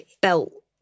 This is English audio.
belt